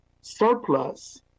surplus